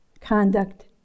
conduct